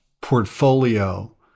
portfolio